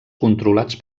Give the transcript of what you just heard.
controlats